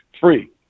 free